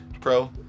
pro